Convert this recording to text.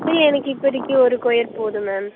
இல்லை எனக்கு இப்போதைக்கு ஒரு கொயர் போதும் மேம்